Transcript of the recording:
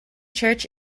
church